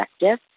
objective